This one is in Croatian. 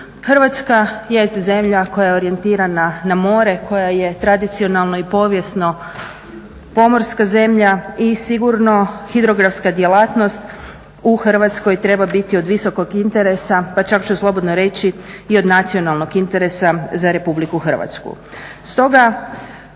Hrvatska jest zemlja koja je orijentirana na more, koja je tradicionalno i povijesno pomorska zemlja i sigurno hidrografska djelatnost u Hrvatskoj treba biti od visokog interesa pa čak ću slobodno reći i od nacionalnog interesa za RH.